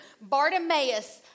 Bartimaeus